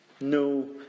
No